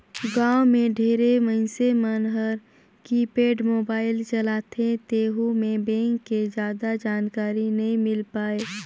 गांव मे ढेरे मइनसे मन हर कीपेड मोबाईल चलाथे तेहू मे बेंक के जादा जानकारी नइ मिल पाये